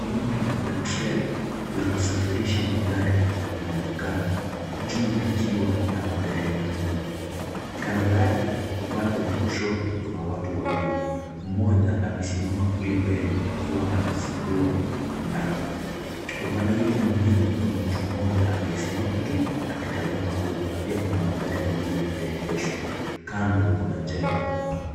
Lori la trela la kusafirisha magari linaonekana juu likiwa na magari manne. Kando yake upande wa kushoto kuna watu wawili mmoja amesimama kule mbele, akiwa amefungua mlango. Upande ule mwingine kuna mtu mmoja aliye amesimama tu akitazama huku na pia kuna magari mengine yaliyoegeshwa. Kando kuna jengo.